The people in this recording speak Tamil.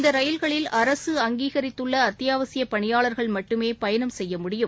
இந்தாயில்களில் அரசு அங்கீகரித்துள்ளஅத்தியாவசியப் பணியாளர்கள் மட்டுமேபயணம் செய்ய முடியும்